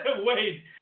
Wait